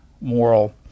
moral